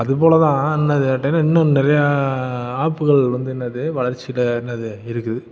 அதுபோல தான் என்னது கேட்டேன்னால் இன்னும் நிறையா ஆப்புகள் வந்து என்னது வளர்ச்சியில் என்னது இருக்குது